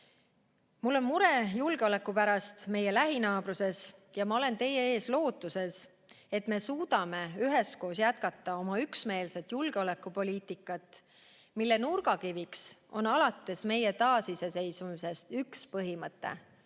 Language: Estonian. Mul on mure julgeoleku pärast meie lähinaabruses ja ma olen teie ees lootusega, et me suudame üheskoos jätkata oma üksmeelset julgeolekupoliitikat, mille nurgakiviks on alates meie taasiseseisvumisest olnud üks põhimõte: